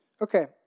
Okay